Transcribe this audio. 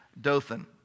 Dothan